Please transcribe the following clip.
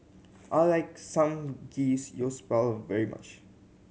I like Samgeyopsal very much